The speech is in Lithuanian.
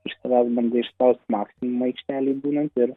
iš savęs bandai išspaust maksimumą aikštelėj būnant ir